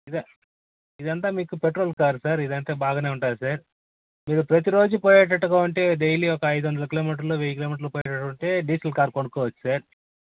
ఇ ఇదంతా మీకు petrol car sir ఇదంతా మీకు బాగానే ఉంటుంది సార్ మీరు ప్రతి రోజు పోయేటట్టుగా ఉంటే డైలీ ఒక అయిదు వందలు కిలోమీటర్లు వెయ్యి కోలోమీటర్లు పోయేటట్టుగా ఉంటే డీజల్ కారు కొనుక్కోవచ్చు సార్